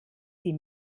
die